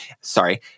sorry